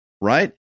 right